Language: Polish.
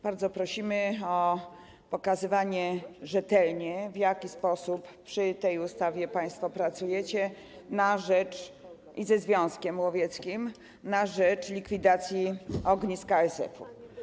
Bardzo prosimy o pokazywanie rzetelnie, w jaki sposób przy tej ustawie państwo pracujecie ze związkiem łowieckim na rzecz likwidacji ognisk ASF-u.